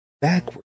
backwards